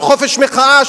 של חופש מחאה,